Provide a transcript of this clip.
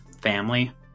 family